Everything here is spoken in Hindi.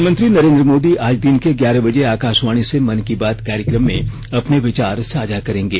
प्रधानमंत्री नरेन्द्र मोदी आज दिन के ग्यारह बजे आकाशवाणी से मन की बात कार्यक्रम में अपने विचार साझा करेंगे